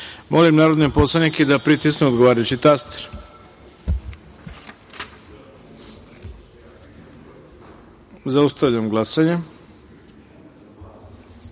narodne poslanike da pritisnu odgovarajući taster. Zaustavljam glasanje: